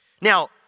Now